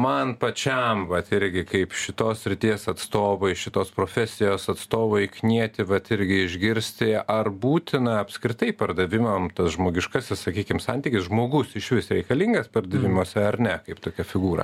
man pačiam vat irgi kaip šitos srities atstovui šitos profesijos atstovui knieti vat irgi išgirsti ar būtina apskritai pardavimam tas žmogiškasis sakykim santykis žmogus išvis reikalingas pardavimuose ar ne kaip tokia figūra